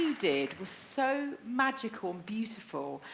did was so magical and beautiful.